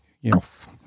Yes